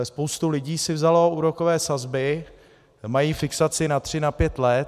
Spousta lidí si vzala úrokové sazby, mají fixaci na tři, na pět let.